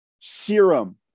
serum